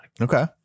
okay